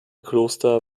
kloster